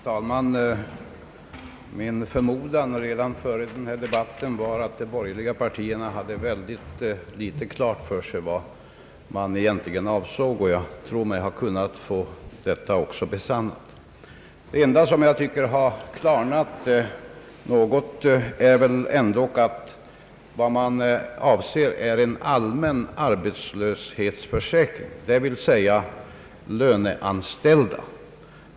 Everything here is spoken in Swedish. Herr talman! Min förmodan redan före denna debatt var att de borgerliga partierna ytterst litet hade gjort klart för sig vad de egentligen avsåg, och jag tror mig ha fått det bekräftat i debatten. Det enda som tycks mig ha klarnat något är att man avser en allmän arbetslöshetsförsäkring, d. v. s. löneanställda.